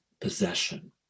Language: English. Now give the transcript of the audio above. possession